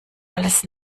alles